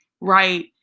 right